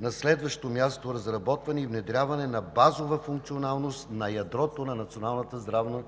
На следващо място, „Разработване и внедряване на базова функционалност на ядрото на